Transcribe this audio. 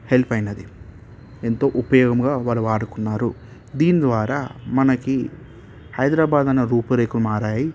help అయినది ఎంతో ఉపయోగంగా వారు వాడుకున్నారు దీని ద్వారా మనకి హైదరాబాద్ అనే రూపురేఖలు మారాయి